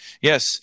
Yes